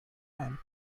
and